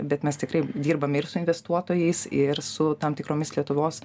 bet mes tikrai dirbame ir su investuotojais ir su tam tikromis lietuvos